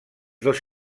dos